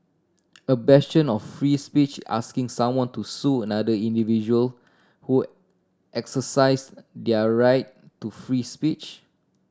a bastion of free speech asking someone to sue another individual who exercised their right to free speech